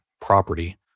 property